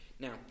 Now